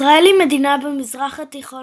ישראל היא מדינה במזרח התיכון,